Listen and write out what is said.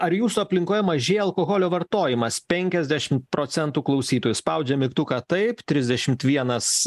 ar jūsų aplinkoje mažėja alkoholio vartojimas penkiasdešimt procentų klausytojų spaudžia mygtuką taip trisdešimt vienas